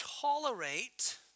tolerate